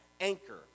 anchor